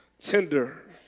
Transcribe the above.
tender